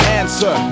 answer